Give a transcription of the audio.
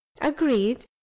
agreed